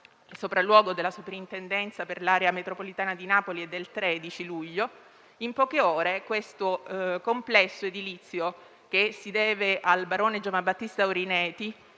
sopralluogo della Soprintendenza per l'area metropolitana di Napoli è del 13 luglio. In poche ore, il complesso edilizio - che si doveva al barone Giovanni Battista Orineti,